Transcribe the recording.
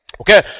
Okay